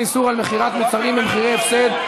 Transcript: איסור על מכירת מוצרים במחירי הפסד),